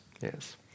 Yes